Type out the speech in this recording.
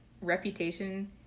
reputation